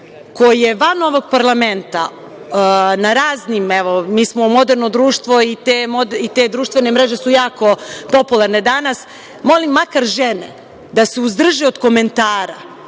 koje van ovog parlamenta na raznim, evo, mi smo moderno društvo i te društvene mreže su jako popularne danas, molim makar žene da se uzdrže od komentara.